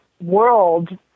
world